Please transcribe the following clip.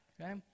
Okay